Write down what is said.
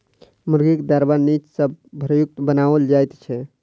मुर्गीक दरबा नीचा सॅ भूरयुक्त बनाओल जाइत छै